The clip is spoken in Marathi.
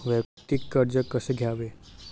वैयक्तिक कर्ज कसे घ्यावे?